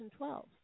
2012